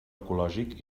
ecològic